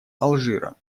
алжира